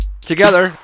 Together